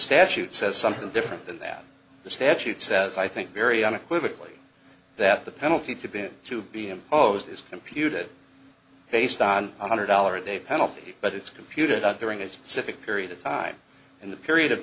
statute says something different than that the statute says i think very unequivocal that the penalty to be to be imposed is computed based on one hundred dollars a day penalty but it's computed out during a specific period of time and the period of